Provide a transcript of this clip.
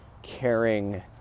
caring